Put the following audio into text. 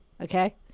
okay